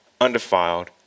undefiled